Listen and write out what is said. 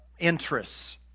interests